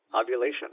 ovulation